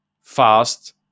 fast